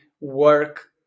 work